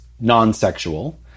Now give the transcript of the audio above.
non-sexual